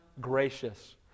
gracious